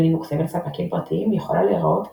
לינוקס לבין ספקים פרטיים יכולה להיראות כסימביוזה.